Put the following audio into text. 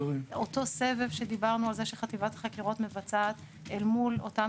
אותו סבב שדיברנו על זה שחטיבת החקירות מבצעת אל מול אותם